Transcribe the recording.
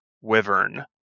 Wyvern